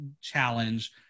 challenge